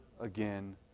again